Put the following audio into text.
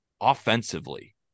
offensively